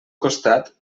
costat